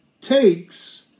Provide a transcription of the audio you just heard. takes